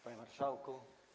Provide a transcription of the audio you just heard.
Panie Marszałku!